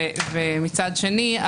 ומצד שני,